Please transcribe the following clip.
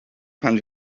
pan